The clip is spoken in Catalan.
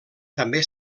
també